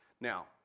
now